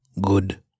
good